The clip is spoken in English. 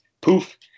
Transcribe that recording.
poof